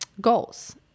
goals